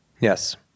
Yes